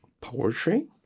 poetry